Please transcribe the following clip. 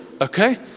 Okay